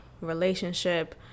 relationship